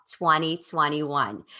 2021